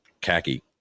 khaki